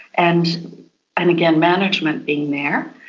and and again, management being there.